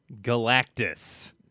Galactus